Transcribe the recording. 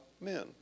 men